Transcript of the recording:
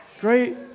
Great